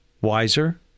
wiser